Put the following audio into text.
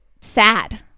sad